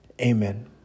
amen